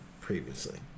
previously